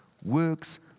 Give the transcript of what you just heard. works